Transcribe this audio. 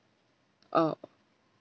oh